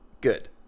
Good